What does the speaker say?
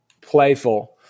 playful